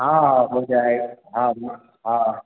हाँ हाँ हाँ मिल जाएगा हाँ हाँ